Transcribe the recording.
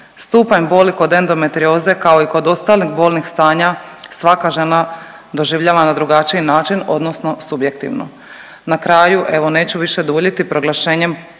Stupanj boli kod endometrioze, kao i kod ostalih bolnih stanja svaka žena doživljava na drugačiji način odnosno subjektivno. Na kraju, evo neću više duljiti, proglašenjem 1.